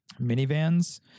minivans